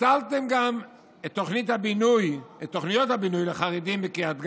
ביטלתם גם את תוכניות הבינוי לחרדים בקריית גת,